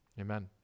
Amen